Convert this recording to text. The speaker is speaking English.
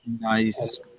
Nice